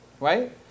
right